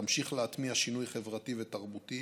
תמשיך להטמיע שינוי חברתי ותרבותי